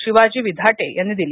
शिवाजी विधाटे यांनी दिली